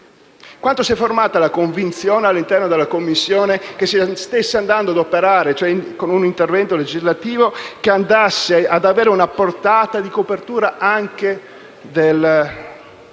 Si è formata la convinzione, all'interno della Commissione, che si stesse andando a operare con un intervento legislativo che avesse una portata di copertura anche dei